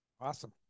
Awesome